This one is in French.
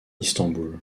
istanbul